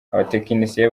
abatekinisiye